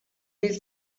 del